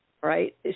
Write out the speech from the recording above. Right